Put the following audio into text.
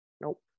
Nope